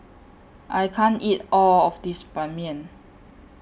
I can't eat All of This Ban Mian